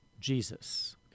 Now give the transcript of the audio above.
Jesus